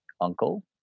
uncle